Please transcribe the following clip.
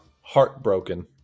heartbroken